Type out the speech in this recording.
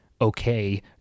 okay